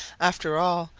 after all,